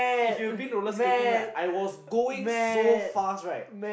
if you've been roller skating right I was going so fast right